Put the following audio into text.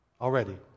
already